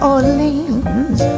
Orleans